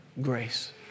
grace